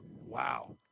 Wow